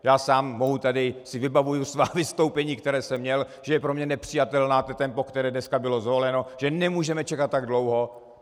Já sám si tady vybavuji svá vystoupení, která jsem měl, že je pro mě nepřijatelné to tempo, které dneska bylo zvoleno, že nemůžeme čekat tak dlouho.